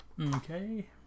Okay